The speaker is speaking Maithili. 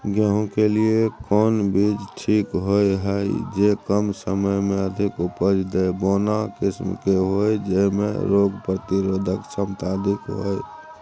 गेहूं के लिए कोन बीज ठीक होय हय, जे कम समय मे अधिक उपज दे, बौना किस्म के होय, जैमे रोग प्रतिरोधक क्षमता अधिक होय?